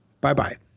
Bye-bye